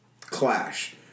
clash